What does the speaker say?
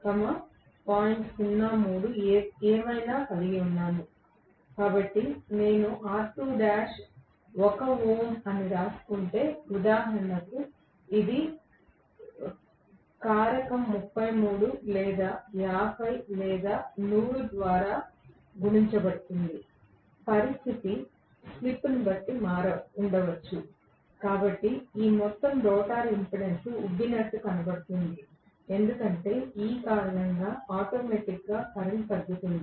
03 ఏమైనా కలిగి ఉన్నాను కాబట్టి నేను 1 ఓం అని అనుకుంటే ఉదాహరణకు ఇది కారకం 33 లేదా 50 లేదా 100 ద్వారా గుణించబడుతుంది పరిస్థితి స్లిప్ను బట్టి ఉండవచ్చు కాబట్టి ఈ మొత్తం రోటర్ ఇంపెడెన్స్ ఉబ్బినట్లు కనబడుతుంది ఎందుకంటే ఈ కారణంగా ఆటోమేటిక్ గా కరెంట్ తగ్గుతుంది